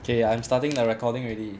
K I'm starting the recording already